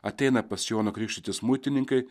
ateina pas joną krikštytis muitininkai